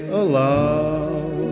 allow